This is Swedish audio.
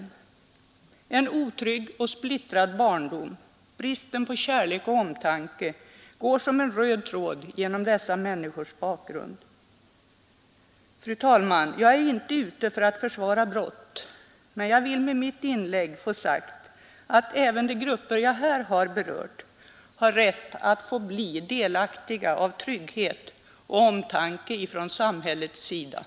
En otrygg och splittrad barndom, bristen på kärlek och omtanke går som en röd tråd genom dessa människors bakgrund. Fru talman! Jag är inte ute för att försvara brott, men jag vill med mitt inlägg få sagt att även de grupper jag här har berört har rätt att få bli delaktiga i trygghet och omtanke från samhällets sida.